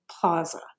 plaza